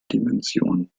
dimension